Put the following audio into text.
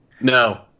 no